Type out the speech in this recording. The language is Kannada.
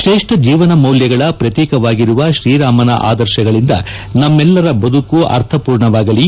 ಶ್ರೇಷ್ಠ ಜೀವನ ಮೌಲ್ಯಗಳ ಪ್ರತೀಕವಾಗಿರುವ ಶ್ರೀರಾಮನ ಆದರ್ಶಗಳಂದ ನಮ್ನೆಲ್ಲ ಬದುಕು ಅರ್ಥಮೂರ್ಣವಾಗಲಿ